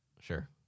Sure